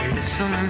Listen